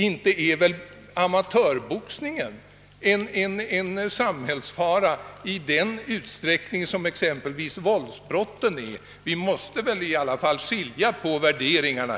Inte är väl amatörboxning en samhällsfara i samma utsträckning som exempelvis våldsbrotten. Här måste vi väl i alla fall skilja på värderingarna!